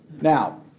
Now